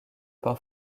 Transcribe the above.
pain